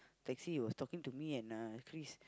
taxi he was talking to me and uh Chris